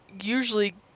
usually